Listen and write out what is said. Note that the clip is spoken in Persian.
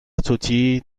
توتی